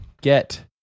get